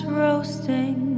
roasting